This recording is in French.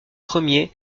premiers